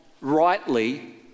rightly